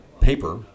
paper